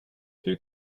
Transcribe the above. hur